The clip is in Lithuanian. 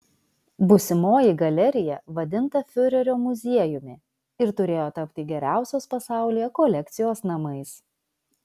būsimoji galerija vadinta fiurerio muziejumi ir turėjo tapti geriausios pasaulyje kolekcijos namais